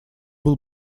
был